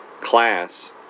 class